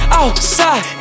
outside